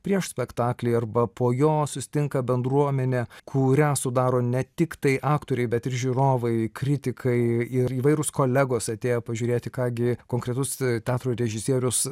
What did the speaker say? prieš spektaklį arba po jo susitinka bendruomenė kurią sudaro ne tiktai aktoriai bet ir žiūrovai kritikai ir įvairūs kolegos atėję pažiūrėti ką gi konkretus teatro režisierius